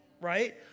right